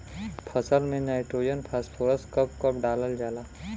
फसल में nitrogen phosphorus कब कब डालल जाला?